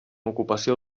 ocupació